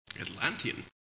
Atlantean